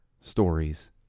stories